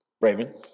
raven